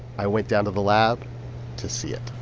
i went down to the lab to see it